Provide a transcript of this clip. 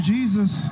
Jesus